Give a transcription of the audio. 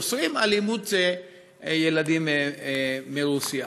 אימוץ ילדים מרוסיה.